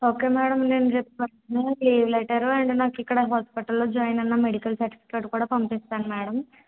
okay madam నేను రేపు అ లీవ్ లెటరు అండ్ నాకిక్కడ హాస్పిటల్లో జాయినయిన మెడికల్ సర్టిఫికెట్ కూడా పంపిస్తాను మేడం